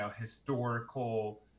historical